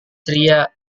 ceria